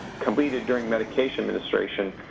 completed during medication administration,